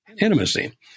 intimacy